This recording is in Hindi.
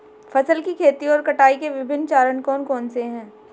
फसल की खेती और कटाई के विभिन्न चरण कौन कौनसे हैं?